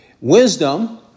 Wisdom